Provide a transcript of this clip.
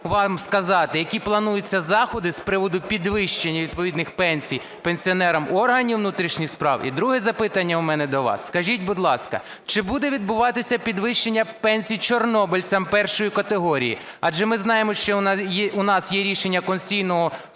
вас сказати, які плануються заходи з приводу підвищення відповідних пенсій пенсіонерам органів внутрішніх справ. І друге запитання у мене до вас. Скажіть, будь ласка, чи буде відбуватися підвищення пенсій чорнобильцям І категорії? Адже ми знаємо, що у нас є рішення Конституційного Суду